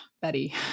betty